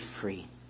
free